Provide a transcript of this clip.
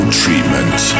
treatment